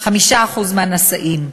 5% מהנשאים.